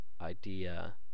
idea